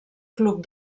club